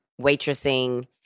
waitressing